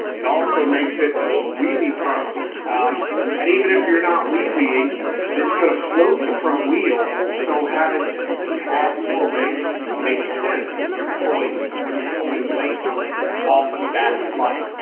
it also makes it wheelie prone and even if you're not wheelieing, we this gonna float the front wheel so having just a tad more rate makes sense. when you're pulling when you're pulling length off of the back of the bike,